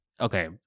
Okay